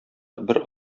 бер